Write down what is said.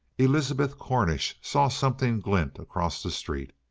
elizabeth cornish saw something glint across the street.